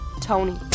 Tony